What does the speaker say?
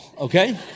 Okay